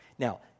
Now